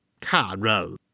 Carol